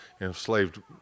enslaved